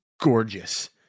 gorgeous